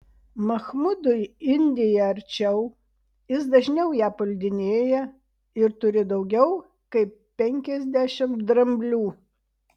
mahmudui indija arčiau jis dažniau ją puldinėja ir turi daugiau kaip penkiasdešimt dramblių